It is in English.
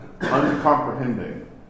uncomprehending